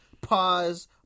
Pause